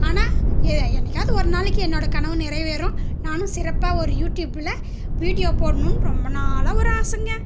ஆனால் எ என்றைக்காது ஒரு நாளைக்கு என்னோடய கனவு நிறைவேறும் நானும் சிறப்பாக ஒரு யூட்யூப்பில் வீடியோ போடணும்னு ரொம்ப நாளாக ஒரு ஆசைங்க